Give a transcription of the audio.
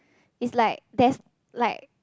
it's like that's like